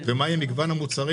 מה יהיה מגוון המוצרים.